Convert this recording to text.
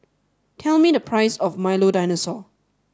tell me the price of Milo Dinosaur